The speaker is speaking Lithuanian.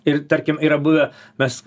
ir tarkim yra buvę mes